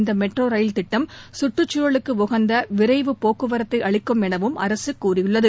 இந்த metro rail திட்டம் கற்றுச்தூழலுக்கு உகந்த விரைவு போக்குவரத்தை அளிக்கும் எனவும் அரசு கூறியுள்ளது